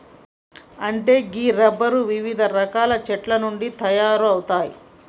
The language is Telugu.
అంటే గీ రబ్బరు వివిధ రకాల చెట్ల నుండి తయారవుతాయి